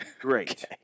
great